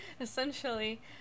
essentially